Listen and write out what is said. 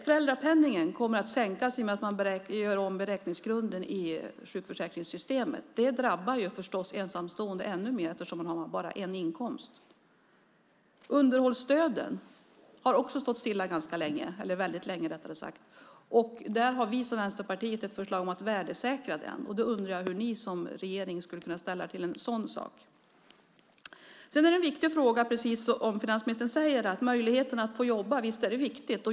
Föräldrapenningen kommer att sänkas i och med att man gör om beräkningsgrunden i sjukförsäkringssystemet. Det drabbar förstås ensamstående ännu mer eftersom de bara har en inkomst. Underhållsstöden har också stått stilla väldigt länge. Där har Vänsterpartiet ett förslag om att värdesäkra dem. Jag undrar hur regeringen ställer sig till en sådan sak. Precis som finansministern säger är möjligheten att få jobba viktig.